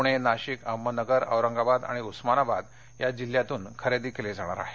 पुणे नाशिक अहमदनगर औरंगाबाद आणि उस्मानाबाद या जिल्ह्यातून खरेदी केली जाणार आहे